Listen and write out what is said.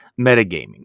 metagaming